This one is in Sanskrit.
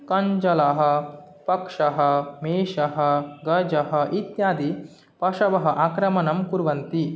कञ्जलः पक्षः मेषः गजः इत्यादिपशवः आक्रमणं कुर्वन्ति